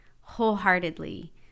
wholeheartedly